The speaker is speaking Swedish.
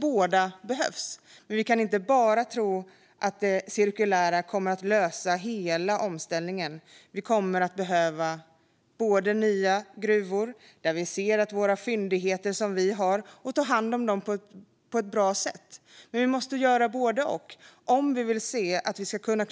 Båda behövs - vi kan inte tro att det cirkulära kommer att lösa hela omställningen. Vi kommer att behöva nya gruvor, där vi ser de fyndigheter som vi har och tar hand om dem på ett bra sätt. Vi måste göra både och om vi ska kunna